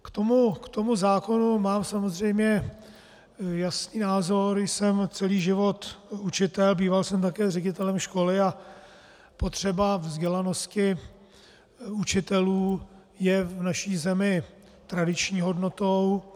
K tomu zákonu mám samozřejmě jasný názor, jsem celý život učitel, býval jsem také ředitelem školy a potřeba vzdělanosti učitelů je v naší zemi tradiční hodnotou.